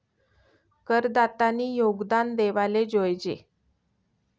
करदातानी योगदान देवाले जोयजे